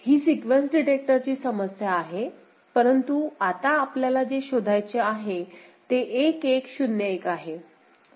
ही sequence डिटेक्टरची समस्या आहे परंतु आता आपल्याला जे शोधायचे आहे ते 1 1 0 1 आहे